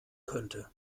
könnte